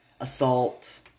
assault